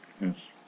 Yes